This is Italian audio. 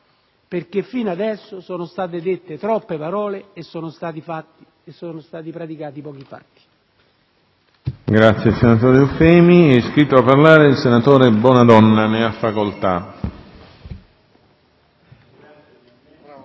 perché finora sono state dette troppe parole e sono stati praticati pochi fatti.